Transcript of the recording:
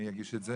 מי שהגיש את זה